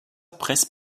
presse